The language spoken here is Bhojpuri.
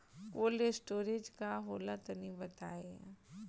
कोल्ड स्टोरेज का होला तनि बताई?